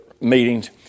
meetings